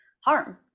harm